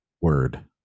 word